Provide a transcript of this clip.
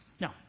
No